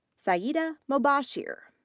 syeda mobashir.